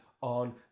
on